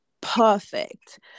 perfect